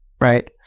Right